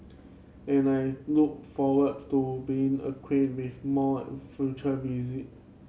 and I look forward to being acquainted with more on future visit